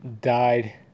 died